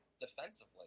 defensively